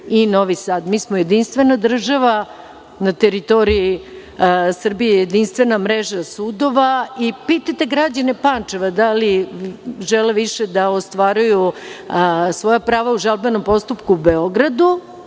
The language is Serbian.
i Novi Sad. Mi smo jedinstvena država, na teritoriji Srbije jedinstvena mreža sudova i pitajte građane Pančeva da li žele više da ostvaruju svoja prava u žalbenom postupku u Beogradu,